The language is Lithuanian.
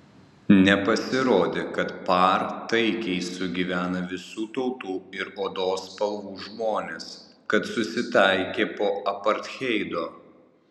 nepasirodė kad par taikiai sugyvena visų tautų ir odos spalvų žmonės kad susitaikė po apartheido